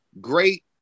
great